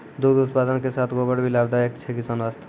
दुग्ध उत्पादन के साथॅ गोबर भी लाभदायक छै किसान वास्तॅ